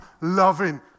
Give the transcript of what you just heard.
loving